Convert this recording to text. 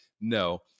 no